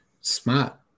Smart